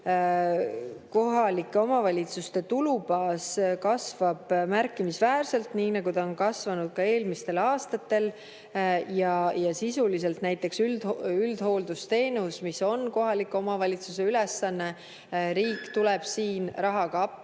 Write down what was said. kohalike omavalitsuste tulubaas kasvab märkimisväärselt, nii nagu ta on kasvanud ka eelmistel aastatel. Ja sisuliselt näiteks üldhooldusteenuse puhul, mis on kohaliku omavalitsuse ülesanne, tuleb riik rahaga appi.